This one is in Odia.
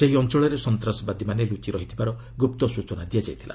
ସେହି ଅଞ୍ଚଳରେ ସନ୍ତାସବାଦୀମାନେ ଲୁଚି ରହିଥିବାର ଗୁପ୍ତ ସୂଚନା ଦିଆଯାଇଥିଲା